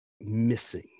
missing